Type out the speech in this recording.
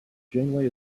janeway